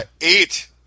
Eight